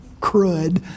crud